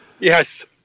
Yes